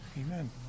amen